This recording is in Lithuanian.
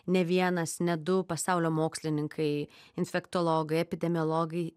ne vienas ne du pasaulio mokslininkai infektologai epidemiologai